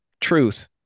truth